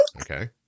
Okay